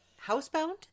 housebound